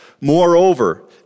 Moreover